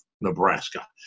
Nebraska